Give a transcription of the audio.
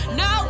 no